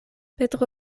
petro